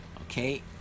Okay